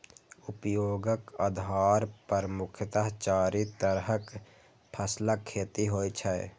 उपयोगक आधार पर मुख्यतः चारि तरहक फसलक खेती होइ छै